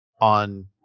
on